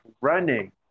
running